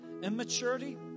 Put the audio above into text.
immaturity